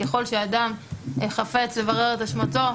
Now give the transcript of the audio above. ככל שאדם חפץ לברר את אשמתו,